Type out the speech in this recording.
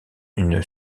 une